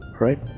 right